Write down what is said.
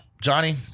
Johnny